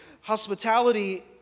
hospitality